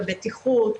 הבטיחות,